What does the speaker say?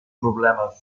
problema